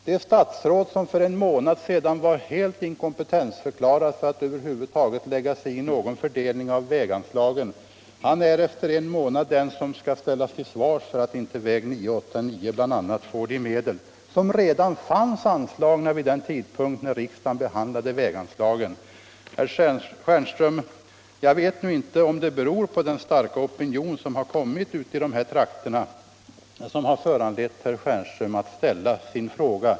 Det statsråd som för en månad sedan var helt inkompetensförklarad och över huvud taget inte fick lägga sig i någon fördelning av väganslagen är nu den som ställs till svars för att bl.a. väg 989 inte får de medel som redan fanns anslagna vid den tidpunkt då riksdagen behandlade väganslagen. Jag vet inte om det är den starka opinion som uppstått i de berörda trakterna som föranlett herr Stjernström att ställa denna fråga.